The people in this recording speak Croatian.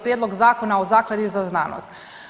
prijedlog Zakona o zakladi za znanost.